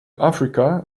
africa